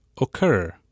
occur